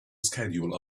schedule